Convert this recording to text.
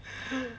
ha